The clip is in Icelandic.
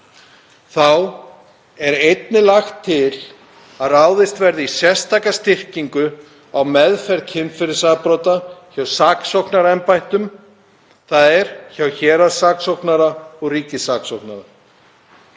Þá er einnig lagt til að ráðist verði í sérstaka styrkingu á meðferð kynferðisafbrota hjá saksóknaraembættum, þ.e. hjá héraðssaksóknara og ríkissaksóknara.